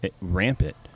Rampant